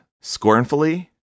scornfully